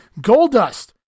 Goldust